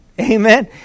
Amen